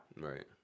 Right